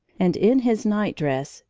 and, in his night-dress,